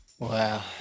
Wow